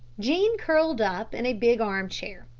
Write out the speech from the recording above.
jean, curled up in a big arm-chair,